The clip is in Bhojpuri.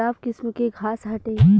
इ एगो खराब किस्म के घास हटे